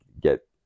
get